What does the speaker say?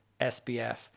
SBF